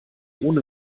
ohne